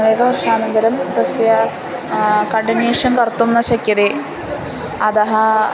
एकर्षानन्तरं तस्य कडिनेषं कर्तुं न शक्यते अतः